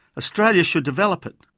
australia should develop it.